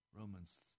Romans